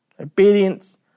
Obedience